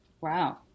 Wow